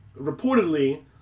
reportedly